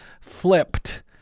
Flipped